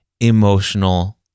emotional